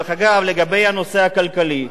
שכחת את, לגבי הנושא הכלכלי,